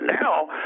now